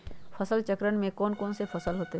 फसल चक्रण में कौन कौन फसल हो ताई?